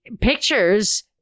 pictures